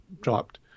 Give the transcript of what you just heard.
dropped